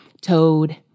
Toad